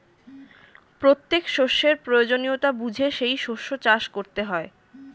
প্রত্যেক শস্যের প্রয়োজনীয়তা বুঝে সেই শস্য চাষ করতে হয়